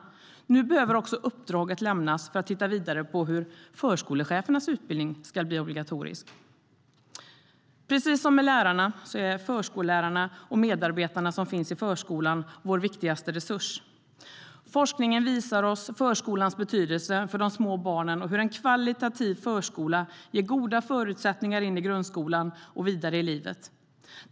Nu behöver också uppdraget lämnas att titta vidare på hur också förskolechefernas utbildning ska bli obligatorisk. Precis som med lärarna är det förskollärarna och medarbetarna i förskolan som är vår viktigaste resurs. Forskningen visar oss förskolans betydelse för de små barnen och hur en kvalitativ förskola ger goda förutsättningar in i grundskolan och vidare i livet.